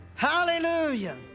Hallelujah